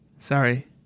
Sorry